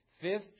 Fifth